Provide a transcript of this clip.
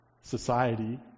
society